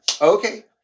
Okay